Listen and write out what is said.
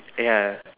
!aiya!